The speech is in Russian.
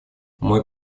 мой